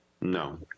No